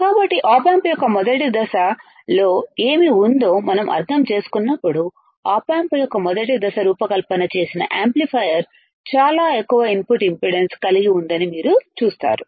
కాబట్టి op amp యొక్క మొదటి దశలో ఏమి ఉందో మనం అర్థం చేసుకున్నప్పుడు ఆప్ ఆంప్ యొక్క మొదటి దశ రూపకల్పన చేసిన యాంప్లిఫైయర్ చాలా ఎక్కువ ఇన్పుట్ ఇంపిడెన్స్ కలిగి ఉందని మీరు చూస్తారు